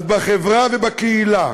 אז בחברה ובקהילה.